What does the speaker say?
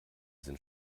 sind